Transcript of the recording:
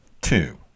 two